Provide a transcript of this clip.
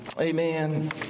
Amen